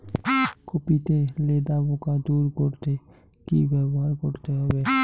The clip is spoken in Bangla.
কপি তে লেদা পোকা দূর করতে কি ব্যবহার করতে হবে?